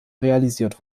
realisiert